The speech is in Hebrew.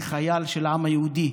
אני חייל של העם היהודי.